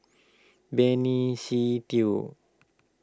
Benny Se Teo